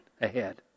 ahead